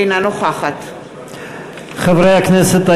אינה נוכחת חברי הכנסת,